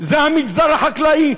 זה המגזר החקלאי,